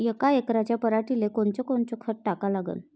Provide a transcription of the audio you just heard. यका एकराच्या पराटीले कोनकोनचं खत टाका लागन?